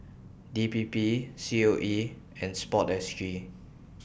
D P P C O E and Sport S G